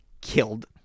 killed